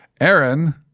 Aaron